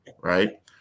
Right